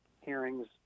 hearings